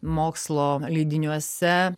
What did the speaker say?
mokslo leidiniuose